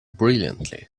brilliantly